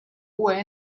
uue